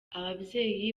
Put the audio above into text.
ababyeyi